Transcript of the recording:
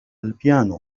البيانو